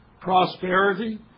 Prosperity